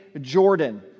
Jordan